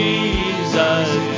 Jesus